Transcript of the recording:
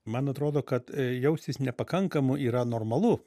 man atrodo kad jaustis nepakankamu yra normalu